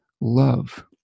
love